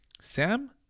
Sam